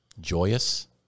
joyous